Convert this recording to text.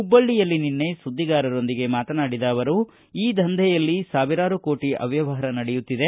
ಹುಬ್ಬಳ್ಳಿಯಲ್ಲಿ ನಿನ್ನೆ ಸುದ್ದಿಗಾರರೊಂದಿಗೆ ಮಾತನಾಡಿದ ಅವರು ಈ ದಂಧೆಯಲ್ಲಿ ಸಾವಿರಾರು ಕೋಟಿ ಅವ್ಯವಹಾರ ನಡೆಯುತ್ತಿದೆ